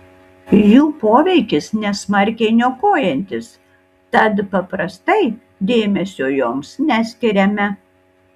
jų poveikis nesmarkiai niokojantis tad paprastai dėmesio joms neskiriame